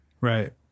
Right